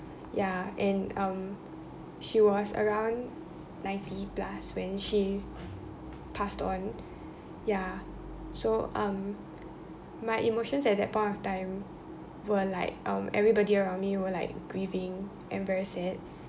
ya and um she was around ninety plus when she passed on ya so um my emotions at that point of time were like um everybody around me were like grieving and very sad